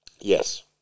Yes